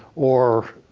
or